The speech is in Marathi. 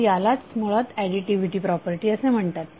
तर यालाच मुळात ऍडीटीव्हीटी प्रॉपर्टी असे म्हणतात